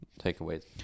takeaways